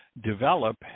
develop